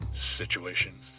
situation